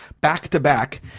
back-to-back